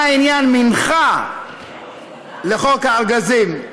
מה עניין מנחה לחוק הארגזים?